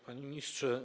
Panie Ministrze!